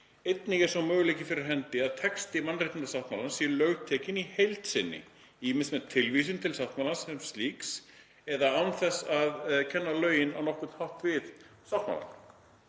Einnig er sá möguleiki fyrir hendi að texti mannréttindasáttmálans sé lögtekinn í heild sinni, ýmist með tilvísun til sáttmálans sem slíks eða án þess að kenna lögin á nokkurn hátt við sáttmálann.